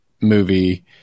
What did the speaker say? movie